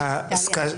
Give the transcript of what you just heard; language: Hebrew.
אני מצטער, טלי.